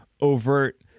overt